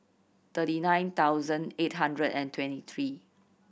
thirty nine thousand eight hundred and twenty three